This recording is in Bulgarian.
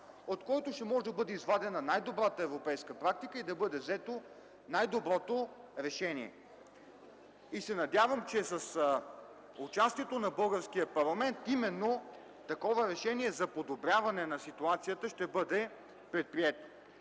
от който ще може да бъде извадена най-добрата европейска практика и да бъде взето най-доброто решение. Надявам се, че с участието на българския парламент ще бъде предприето именно такова решение за подобряване на ситуацията. Госпожо председател,